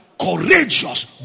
courageous